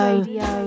Radio